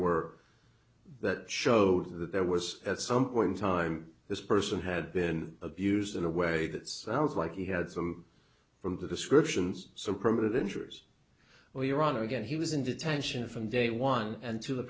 were that showed that there was at some point in time this person had been abused in a way that sounds like he had some from the descriptions some primitive injures or your honor again he was in detention from day one and to the